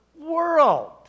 world